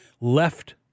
left